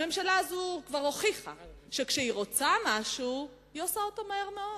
הממשלה הזאת כבר הוכיחה שכאשר היא רוצה משהו היא עושה את זה מהר מאוד.